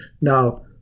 Now